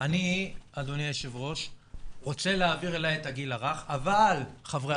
'אני רוצה להעביר אלי את הגיל הרך אבל אל